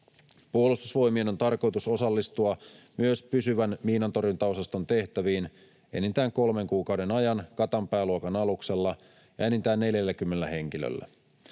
Puolustusvoimien on tarkoitus osallistua myös pysyvän miinantorjuntaosaston tehtäviin enintään kolmen kuukauden ajan Katanpää-luokan aluksella ja enintään 40 henkilöllä.